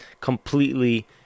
completely